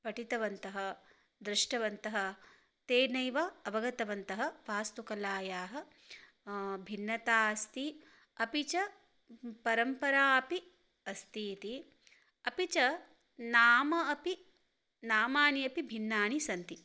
पठितवन्तः दृष्टवन्तः तेनैव अवगतवन्तः वास्तुकलायाः भिन्नता अस्ति अपि च परम्परा अपि अस्ति इति अपि च नाम अपि नामानि अपि भिन्नानि सन्ति